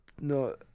No